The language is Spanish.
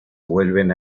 vuelven